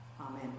Amen